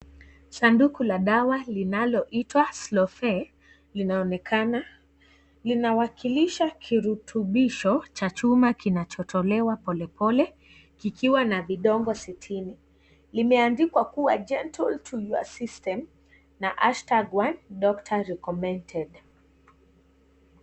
Sanduku la dawa linaloiwa Slowfe linaonekana linawakilisha kirutubisho cha chuma kinachotolewa pole pole kikiwa na vidonge sitini limeandikwa kuwa gentle to your system na # one doctor recommended .